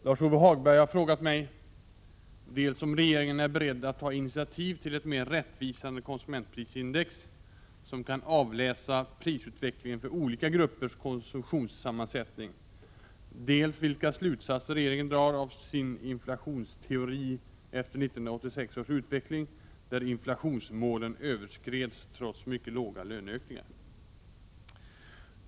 Herr talman! Lars-Ove Hagberg har frågat mig dels om regeringen är beredd att ta initiativ till ett mer rättvisande konsumentprisindex som kan avläsa prisutvecklingen för olika gruppers konsumtionssammansättning, dels vilka slutsatser regeringen drar av sin inflationsteori efter 1986 års utveckling där inflationsmålen överskreds trots mycket låga löneökningar.